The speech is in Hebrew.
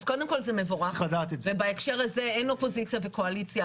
אז קודם כל זה מבורך ובהקשר זה אין אופוזיציה וקואליציה,